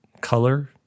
color